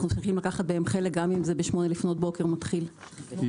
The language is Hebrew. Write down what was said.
אנחנו שמחים לקחת בהן חלק, גם אם זה מתחיל בשמונה